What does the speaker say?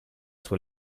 sua